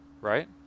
Right